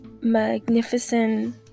magnificent